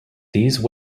these